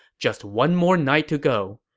just one more night to go.